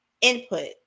input